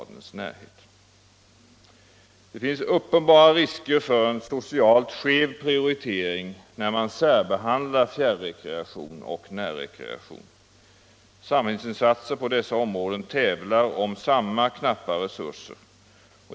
Det finns uppenbara risker för en socialt skev prioritering när man särbehandlar fjärrekreation och närrekreation. Samhällsinsatserna på dessa områden tävlar om samma knappa resurser.